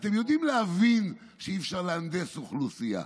אתם יודעים להבין שאי-אפשר להנדס אוכלוסייה.